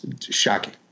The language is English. shocking